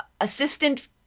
assistant